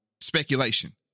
speculation